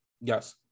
Yes